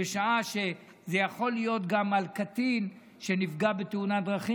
יכול להיות גם קטין שנפגע בתאונת דרכים